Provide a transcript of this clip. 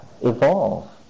evolve